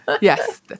Yes